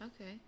Okay